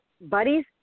buddies